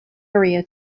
area